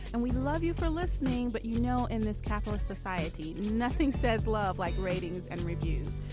and we love you for listening. but you know in this capitalist society nothing says love like ratings and reviews.